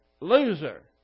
loser